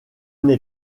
n’ai